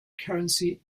currency